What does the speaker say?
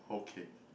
okay